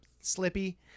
slippy